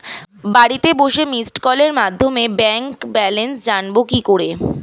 বাড়িতে বসে মিসড্ কলের মাধ্যমে ব্যাংক ব্যালেন্স জানবো কি করে?